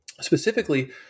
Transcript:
Specifically